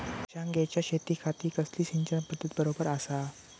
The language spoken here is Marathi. मिर्षागेंच्या शेतीखाती कसली सिंचन पध्दत बरोबर आसा?